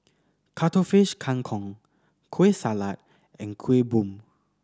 Cuttlefish Kang Kong Kueh Salat and Kuih Bom